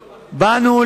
לא, לא, באיזה גלות?